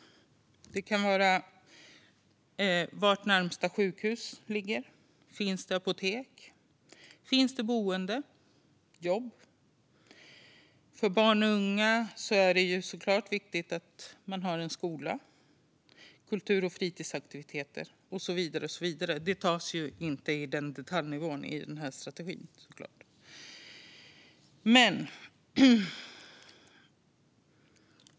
Det kan vara var närmaste sjukhus och apotek ligger och om det finns boende och jobb. För barn och unga är det givetvis viktigt med skola och kultur och fritidsaktiviteter. Men strategin tar förstås inte upp detta på detaljnivå.